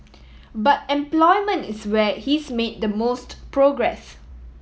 but employment is where he's made the most progress